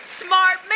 smart